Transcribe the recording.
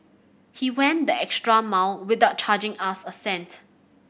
he went the extra mile without charging us a cent